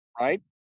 right